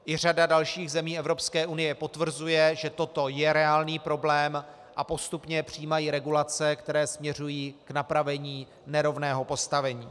I řada dalších zemí EU potvrzuje, že toto je reálný problém, a postupně přijímají regulace, které směřují k napravení nerovného postavení.